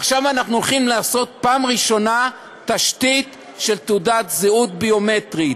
עכשיו אנחנו הולכים לעשות פעם ראשונה תשתית של תעודת זהות ביומטרית.